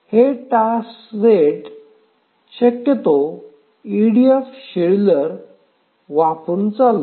हे task set शक्यतो EDF scheduler वापरून चालवू